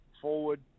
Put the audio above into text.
forward